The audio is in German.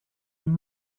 den